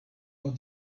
how